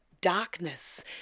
darkness